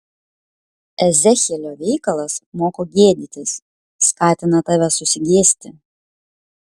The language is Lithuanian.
ezechielio veikalas moko gėdytis skatina tave susigėsti